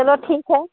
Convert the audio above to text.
चलो ठीक है